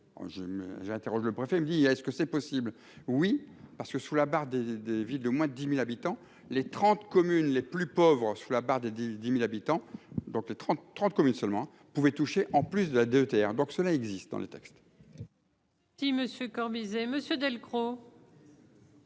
j'interroge le préfet me dit est-ce que c'est possible oui parce que, sous la barre des des villes de moins de 10000 habitants, les 30 communes les plus pauvres sous la barre des 10000 habitants, donc les 33 communes seulement on pouvait toucher en plus de la de terre donc cela existe dans le texte. Si Monsieur Corbizet monsieur Delcros.